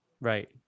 Right